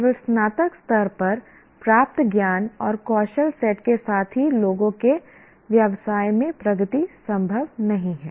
केवल स्नातक स्तर पर प्राप्त ज्ञान और कौशल सेट के साथ ही लोगों के व्यवसाय में प्रगति संभव नहीं है